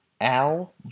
Al